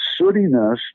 sootiness